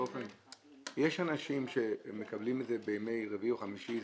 יש אנשים שמקבלים את זה בימי רביעי או חמישי,